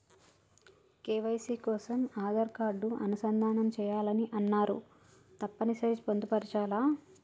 KYC కోసం Aadhaar card అనుసంధానం చేయాలని అన్నరు తప్పని సరి పొందుపరచాలా?